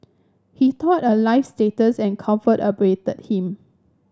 he thought a life status and comfort awaited him